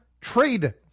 trade